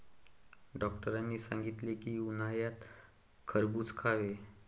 डॉक्टरांनी सांगितले की, उन्हाळ्यात खरबूज खावे